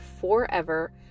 forever